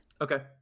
Okay